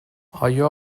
آیا